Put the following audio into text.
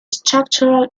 structural